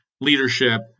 leadership